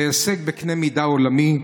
זה הישג בקנה מידה עולמי.